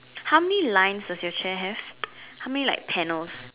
how many lines does your chair have how many like panels